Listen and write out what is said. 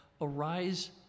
arise